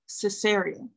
Caesarea